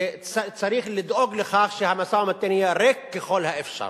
צריך לדאוג לכך שהמשא-ומתן יהיה ריק ככל האפשר,